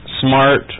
smart